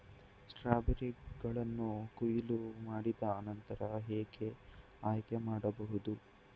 ಸ್ಟ್ರಾಬೆರಿಗಳನ್ನು ಕೊಯ್ಲು ಮಾಡಿದ ನಂತರ ಹೇಗೆ ಆಯ್ಕೆ ಮಾಡಬಹುದು?